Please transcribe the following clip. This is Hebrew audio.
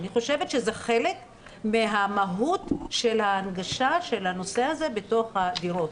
אני חושבת שזה חלק מהמהות של ההנגשה של הנושא הזה בתוך הדירות.